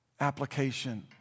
application